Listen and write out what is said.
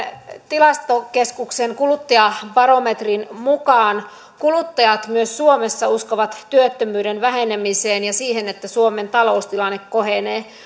tilastokeskuksen kuluttajabarometrin mukaan kuluttajat myös suomessa uskovat työttömyyden vähenemiseen ja siihen että suomen taloustilanne kohenee